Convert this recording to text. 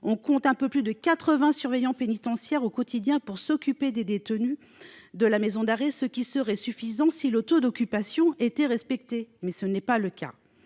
On compte un peu plus de 80 surveillants pénitentiaires au quotidien, pour s'occuper des détenus de la maison d'arrêt, ce qui serait suffisant si le taux d'occupation était respecté ; mais ce n'est pas le cas.